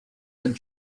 and